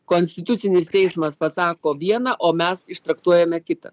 konstitucinis teismas pasako vieną o mes ištraktuojame kitą